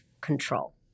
control